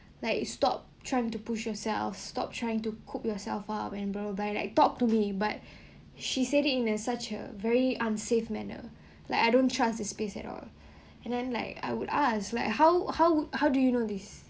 like stop trying to push yourself stop trying to coop yourself up and bro by right talk to me but she said it in a such a very unsafe manner like I don't trust his based at all and then like I would ask like how how do you know this